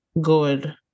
good